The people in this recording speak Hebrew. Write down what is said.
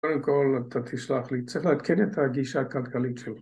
‫קודם כול, אתה תסלח לי. ‫צריך לעדכן את הגישה הכלכלית שלו.